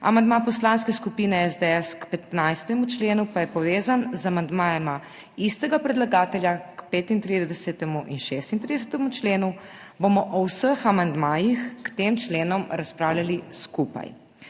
amandma Poslanske skupine SDS k 15. členu pa je povezan z amandmajema istega predlagatelja k 35. in 36. členu bomo o vseh amandmajih k tem členom razpravljali skupaj.